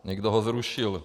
Někdo ho zrušil.